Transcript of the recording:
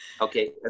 Okay